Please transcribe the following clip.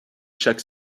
chaque